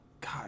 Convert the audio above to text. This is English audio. God